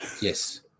Yes